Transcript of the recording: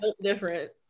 Different